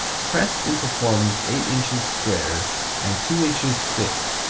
pressed into forms eight inches square and two inches thick,